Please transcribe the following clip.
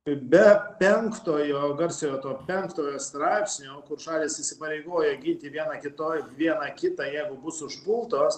be penktojo garsiojo to penktojo straipsnio šalys įsipareigoja ginti viena kitoj viena kitą jeigu bus užpultos